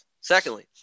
Secondly